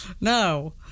No